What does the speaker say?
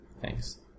Thanks